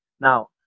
now